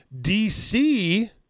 DC